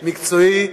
מקצועי,